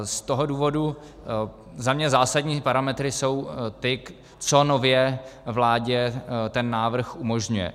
Z toho důvodu za mě zásadní parametry jsou ty, co nově vládě ten návrh umožňuje.